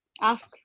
ask